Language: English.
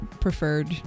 preferred